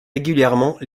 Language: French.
régulièrement